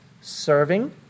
serving